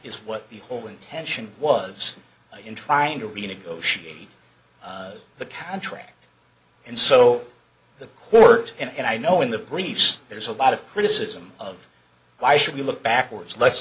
is what the whole intention was in trying to renegotiate the contract and so the court and i know in the briefs there's a lot of criticism of why should we look backwards le